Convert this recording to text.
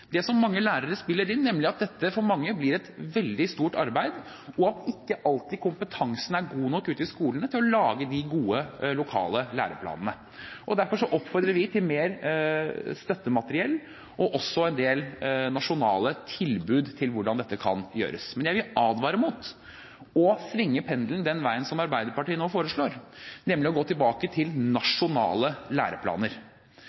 det som mange lærere spiller inn, nemlig at dette for mange blir et veldig stort arbeid, og at ikke alltid kompetansen er god nok ute i skolene til å lage de gode, lokale læreplanene. Derfor oppfordrer vi til mer støttemateriell og også en del nasjonale tilbud til hvordan dette kan gjøres. Men jeg vil advare mot å svinge pendelen den veien som Arbeiderpartiet nå foreslår, nemlig å gå tilbake til